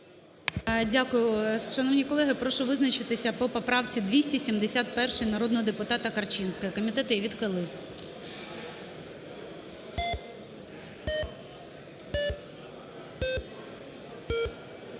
Дякую. Шановні колеги, прошу визначитися по поправці 271 народного депутата Корчинської. Комітет її відхилив.